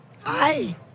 Hi